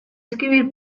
escribir